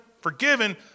forgiven